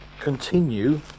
continue